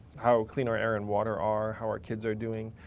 how clean our air and water are, how our kids are doing.